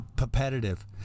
repetitive